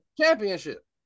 Championship